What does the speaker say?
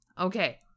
Okay